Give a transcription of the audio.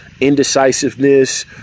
indecisiveness